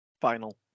Final